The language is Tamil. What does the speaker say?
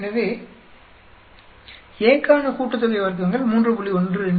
எனவே A க்கான கூட்டுத்தொகை வர்க்கங்கள் 3